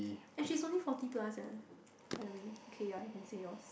and she's only forty plus eh by the way K ya you can say yours